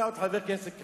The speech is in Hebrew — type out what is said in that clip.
אתה עוד חבר כנסת חדש,